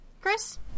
Chris